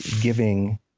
giving